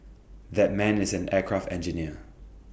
that man is an aircraft engineer